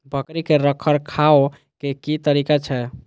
बकरी के रखरखाव के कि तरीका छै?